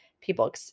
people